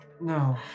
No